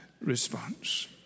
response